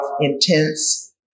intense